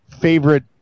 favorite